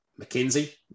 McKinsey